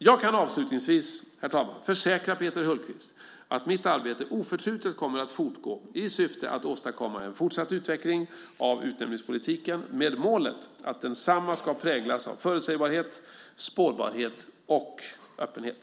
Jag kan avslutningsvis, herr talman, försäkra Peter Hultqvist att mitt arbete oförtrutet kommer att fortgå i syfte att åstadkomma en fortsatt utveckling av utnämningspolitiken med målet att densamma ska präglas av förutsägbarhet, spårbarhet och öppenhet.